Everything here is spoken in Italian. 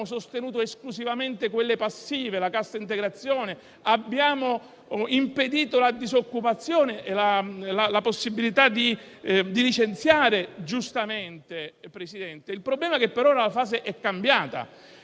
sostenuto esclusivamente quelle passive come la cassa integrazione, abbiamo impedito la disoccupazione e la possibilità di licenziare, giustamente. Il problema è che ora la fase è cambiata.